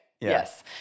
Yes